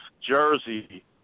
jersey